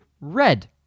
red